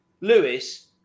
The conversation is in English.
Lewis